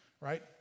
right